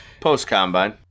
post-Combine